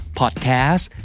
podcast